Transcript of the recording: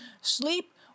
sleep